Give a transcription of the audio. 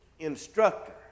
Instructor